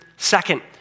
Second